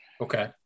Okay